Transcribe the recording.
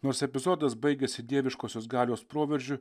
nors epizodas baigiasi dieviškosios galios proveržiu